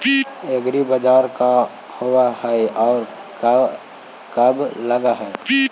एग्रीबाजार का होब हइ और कब लग है?